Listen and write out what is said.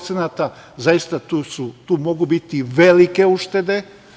Zaista, tu mogu biti velike uštede.